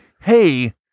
hey